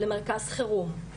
למרכז חירום,